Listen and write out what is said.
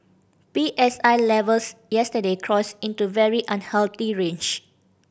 P S I levels yesterday crossed into very unhealthy range